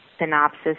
synopsis